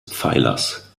pfeilers